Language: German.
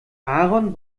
aaron